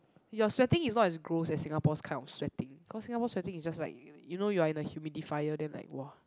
your sweating is not as gross as Singapore's kind of sweating cause Singapore sweating is just like you know you're in the humidifier then like !wah!